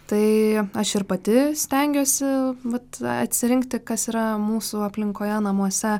tai aš ir pati stengiuosi vat atsirinkti kas yra mūsų aplinkoje namuose